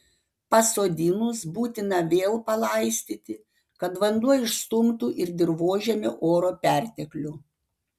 pasodinus būtina vėl palaistyti kad vanduo išstumtų ir dirvožemio oro perteklių